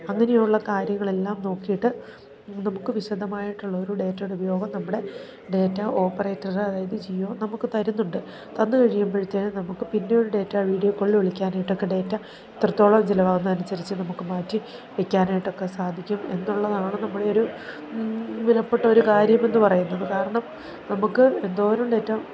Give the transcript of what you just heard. അങ്ങനെയുള്ള കാര്യങ്ങളെല്ലാം നോക്കിയിട്ട് നമുക്ക് വിശദമായിട്ടുള്ളൊരു ഡേറ്റയുടെ ഉപയോഗം നമ്മുടെ ഡേറ്റാ ഓപ്പറേറ്ററ് അതായത് ജിയോ നമുക്ക് തരുന്നുണ്ട് തന്നു കഴിയുമ്പോഴത്തേക്ക് നമുക്ക് പിന്നൊരു ഡേറ്റാ വീഡിയോ കോളിൽ വിളിക്കാനായിട്ടൊക്കെ ഡേറ്റാ ഇത്രത്തോളം ചിലവാകുന്നതനുസരിച്ച് നമുക്ക് മാറ്റി വെക്കാനായിട്ടൊക്കെ സാധിക്കും എന്നുള്ളതാണ് നമ്മുടെയൊരു വിലപ്പെട്ട ഒരു കാര്യമെന്നു പറയുന്നത് കാരണം നമുക്ക് എന്തോരും ഡേറ്റ